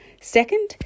Second